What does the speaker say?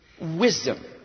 Wisdom